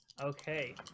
Okay